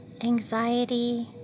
anxiety